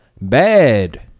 bad